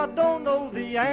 and know the yeah